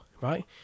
right